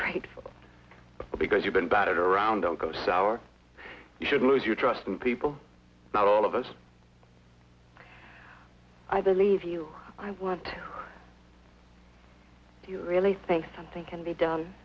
grateful because you've been batted around don't go sour you should lose your trust in people not all of us i believe you i want you really think something can be done